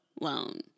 loan